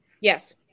Yes